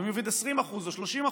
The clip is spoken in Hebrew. ומי עובד 20% או 30%,